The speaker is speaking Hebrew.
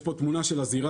יש פה תמונה של הזירה.